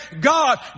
God